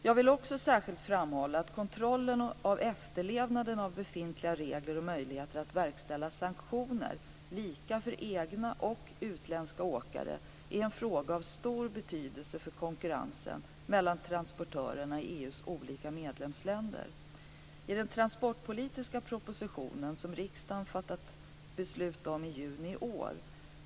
Jag vill också särskilt framhålla att kontrollen av efterlevnaden av befintliga regler och möjligheten att verkställa sanktioner, lika för egna och utländska åkare, är en fråga av stor betydelse för konkurrensen mellan transportörerna i EU:s olika medlemsländer. I 1997/98:56) som riksdagen fattade beslut om i juni i år (bet.